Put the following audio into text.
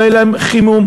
לא היה להם חימום.